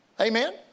Amen